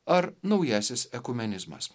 ar naujasis ekumenizmas